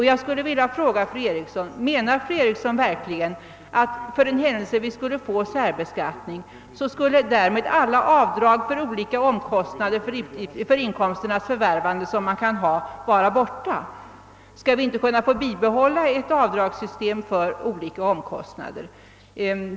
Jag skulle vilja fråga fru Eriksson: Menar fru Eriksson verkligen, att för den händelse vi skulle få obligatorisk särbeskattning, så skulle därmed alla avdrag för olika omkostnader för inkomsternas förvärvande som man kan ha försvinna? Skulle vi inte kunna få bibehålla ett avdragssystem för olika omkostnader?